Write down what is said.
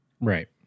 Right